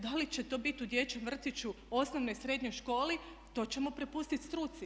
Da li će to biti u dječjem vrtiću, osnovnoj, srednjoj školi to ćemo prepustiti struci.